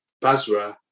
basra